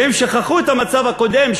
הם שכחו את המצב הקודם,